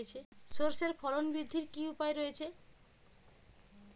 সর্ষের ফলন বৃদ্ধির কি উপায় রয়েছে?